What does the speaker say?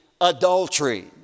adultery